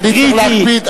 אני רק צריך להקפיד,